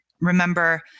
remember